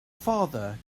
father